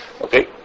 Okay